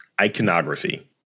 iconography